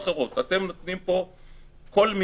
עוד לא הוסבר בכלל איך זה עובד.